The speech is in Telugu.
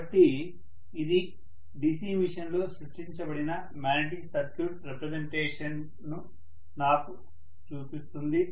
కాబట్టి ఇది DC మెషీన్లో సృష్టించబడిన మాగ్నెటిక్ సర్క్యూట్ రిప్రజెంటేషన్ ను నాకు చూపిస్తుంది